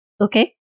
Okay